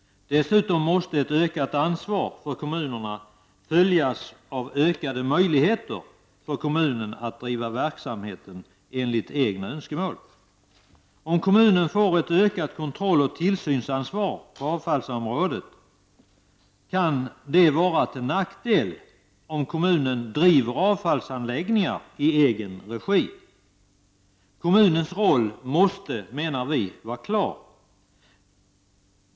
Dessutom måste ett ökat ansvar för kommunerna följas av ökade möjligheter för kommunen att driva verksamheten enligt egna önskemål. Om kommunen får ett ökat kontrolloch tillsynsansvar på avfallsområdet kan det vara till nackdel, om kommunen driver avfallsanläggningar i egen regi. Kommunens roll måste, menar vi, vara klar.